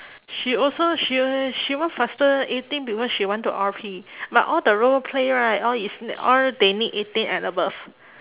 she also she she want faster eighteen because she want to R_P but all the roleplay right all is n~ all they need eighteen and above